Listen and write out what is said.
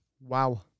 Wow